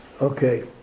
Okay